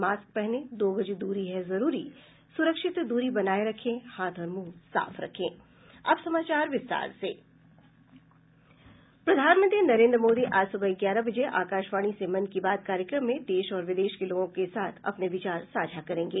mask पहनें दो गज दूरी है जरूरी सुरक्षित दूरी बनाये रखें हाथ और मुंह साफ रखें प्रधानमंत्री नरेंद्र मोदी आज सुबह ग्यारह बजे आकाशवाणी से मन की बात कार्यक्रम में देश और विदेश के लोगों के साथ अपने विचार साझा करेंगे